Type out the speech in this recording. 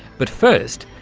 but first,